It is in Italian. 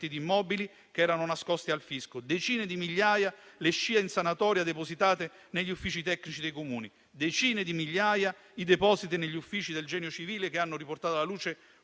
di immobili che erano nascosti al fisco, decine di migliaia le SCIA in sanatoria depositate negli uffici tecnici dei Comuni e decine di migliaia i depositi negli uffici del Genio civile che hanno riportato alla luce